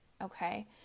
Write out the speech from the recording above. okay